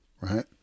Right